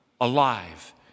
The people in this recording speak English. alive